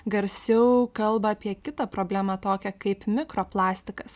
garsiau kalba apie kitą problemą tokią kaip mikroplastikas